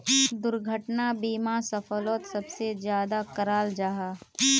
दुर्घटना बीमा सफ़रोत सबसे ज्यादा कराल जाहा